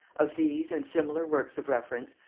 of these and similar works of reference,